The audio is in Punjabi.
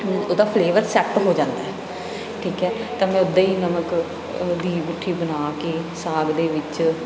ਉਹਦਾ ਫਲੇਵਰ ਸੈੱਟ ਹੋ ਜਾਂਦਾ ਠੀਕ ਹੈ ਤਾਂ ਮੈਂ ਉੱਦਾਂ ਹੀ ਨਮਕ ਦੀ ਗੁੱਠੀ ਬਣਾ ਕੇ ਸਾਗ ਦੇ ਵਿੱਚ